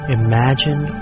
imagine